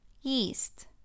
Yeast